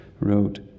Wrote